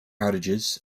outages